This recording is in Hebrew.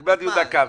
נקבע דיון מעקב.